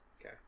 Okay